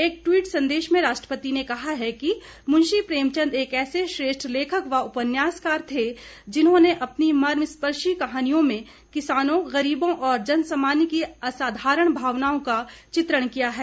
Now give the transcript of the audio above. एक ट्वीट संदेश में राष्ट्रपति ने कहा है कि मुंशी प्रेमचंद एक ऐसे श्रेष्ठ लेखक व उपान्यासकार थे जिन्होंने अपनी मर्मस्पर्शी कहानियों में किसानों गरीबों और जनसामान्य की असाधारण भावनाओं का चित्रण किया है